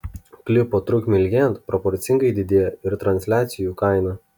klipo trukmei ilgėjant proporcingai didėja ir transliacijų kaina